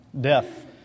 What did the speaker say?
death